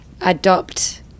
adopt